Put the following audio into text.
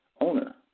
owner